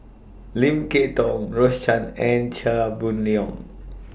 Lim Kay Tong Rose Chan and Chia Boon Leong